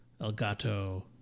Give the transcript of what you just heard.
Elgato